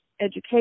education